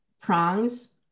prongs